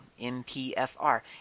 MPFR